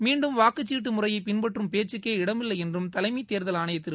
மீண்டும் வாக்குச்சீட்டு முறையை பின்பற்றம் பேச்சுக்கே இடமில்லை என்றம் தலைமை தேர்தல் ஆணையர் திரு